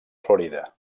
florida